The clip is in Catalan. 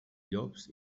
llops